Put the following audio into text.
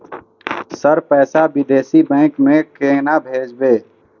Sir पैसा विदेशी bank में केना भेजबे?